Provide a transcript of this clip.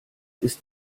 ist